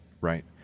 right